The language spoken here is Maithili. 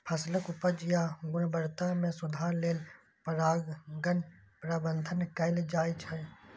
फसलक उपज या गुणवत्ता मे सुधार लेल परागण प्रबंधन कैल जाइ छै